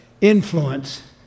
influence